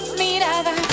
mirada